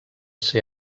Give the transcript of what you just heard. ser